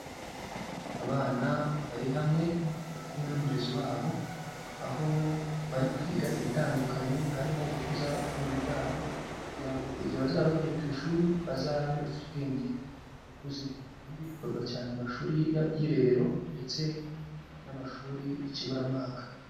Abana bari hamwe bari kumwe n'umurezi wabo, aho bari kwiga ibitandukanye harimo gukuza ubwenge bwabo kugira ngo igihe bazaba bagiye ku ishuri bazabe bafite ubwenge bukuze, ibi ngibi bikorwa cyane mu mashuri y'irerero ndetse n'amashuri y'ikiburamwaka.